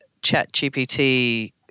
ChatGPT